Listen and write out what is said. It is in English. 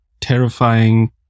terrifying